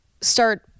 start